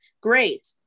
Great